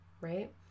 right